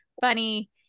funny